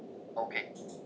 okay